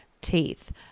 teeth